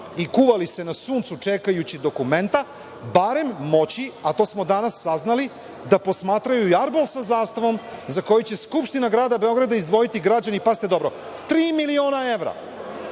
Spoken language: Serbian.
i kuvali se na suncu čekajući dokumenta, barem moći, a to smo danas saznali, da posmatraju jarbol sa zastavom za koji će Skupština grada Beograda izdvojiti, građani, pazite dobro, tri miliona evra.